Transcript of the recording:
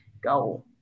go